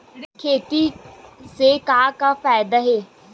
खेती से का का फ़ायदा हे?